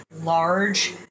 large